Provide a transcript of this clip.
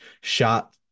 shot